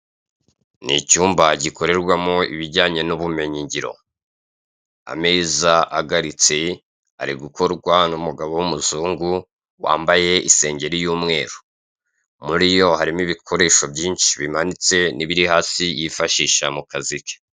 Ni icyumba gikorerwamo ibijyanye n'ubumenyingiro. Ameza agaritse ari gukorwa n'umugabo w'umuzungu wambaye isengeri y'umweru. Muri yo harimo ibikoresho byinshi bimanitse n'ibiri hasi yifashisha mu kazi ke.